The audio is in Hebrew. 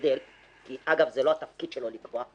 אגב, לא התפקיד שלו לקבוע.